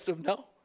no